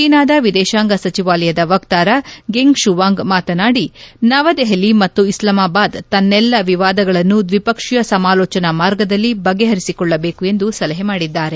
ಚೀನಾದ ವಿದೇಶಾಂಗ ಸಚಿವಾಲಯದ ವಕ್ತಾರ ಗೆಂಗ್ ಶೂವಾಂಗ್ ಮಾತನಾಡಿ ನವದೆಹಲಿ ಮತ್ತು ಇಸ್ಲಾಮಾಬಾದ್ ತನ್ನೆಲ್ಲಾ ವಿವಾದಗಳನ್ನು ದ್ವಿಪಕ್ಷೀಯ ಸಮಾಲೋಚನಾ ಮಾರ್ಗದಲ್ಲಿ ಬಗೆಹರಿಸಿಕೊಳ್ಳಬೇಕು ಎಂದು ಸಲಹೆ ಮಾಡಿದ್ದಾರೆ